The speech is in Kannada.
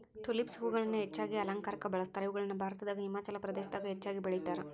ಟುಲಿಪ್ಸ್ ಹೂಗಳನ್ನ ಹೆಚ್ಚಾಗಿ ಅಲಂಕಾರಕ್ಕ ಬಳಸ್ತಾರ, ಇವುಗಳನ್ನ ಭಾರತದಾಗ ಹಿಮಾಚಲ ಪ್ರದೇಶದಾಗ ಹೆಚ್ಚಾಗಿ ಬೆಳೇತಾರ